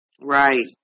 right